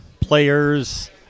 players